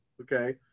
okay